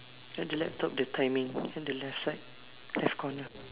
ya the laptop the timing at the left side left corner